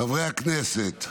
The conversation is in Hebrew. חברי הכנסת,